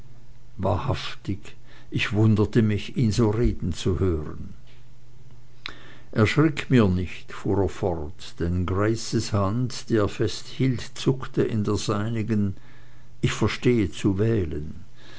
wahrhaftig ich wunderte mich ihn so reden zu hören erschrick mir nicht fuhr er fort denn graces hand die er festhielt zuckte in der seinigen ich verstehe zu wählen